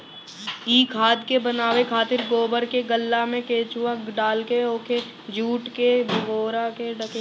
इ खाद के बनावे खातिर गोबर के गल्ला में केचुआ डालके ओके जुट के बोरा से ढक दियाला